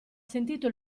sentito